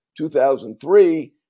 2003